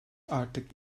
artık